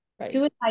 Suicide